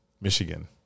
Michigan